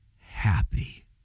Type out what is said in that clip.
happy